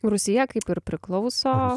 rūsyje kaip ir priklauso